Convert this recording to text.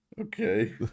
Okay